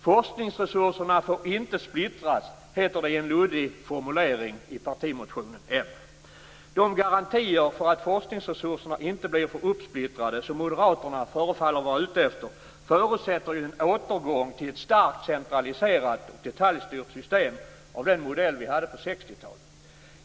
Forskningsresurserna får inte splittras, heter det i en luddig formulering i partimotionen från Moderaterna. De garantier för att forskningsresurserna inte blir för uppsplittrade, som moderaterna förefaller vara ute efter, förutsätter ju en återgång till ett starkt centraliserat och detaljstyrt system av den modell som vi hade på 60-talet.